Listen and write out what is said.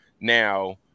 now